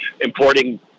importing